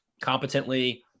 competently